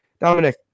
Dominic